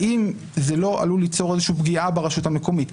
האם זה לא עלול ליצור פגיעה ברשות המקומית?